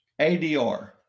ADR